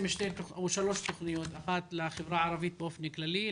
מדובר בשלוש תוכניות - לחברה הערבית באופן כללי,